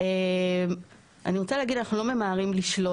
אני רוצה להגיד לך לא ממהרים לשלול,